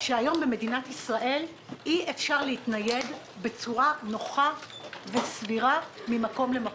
שהיום במדינת ישראל אי אפשר להתנייד בצורה נוחה וסבירה ממקום למקום.